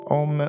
om